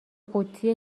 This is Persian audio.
قوطی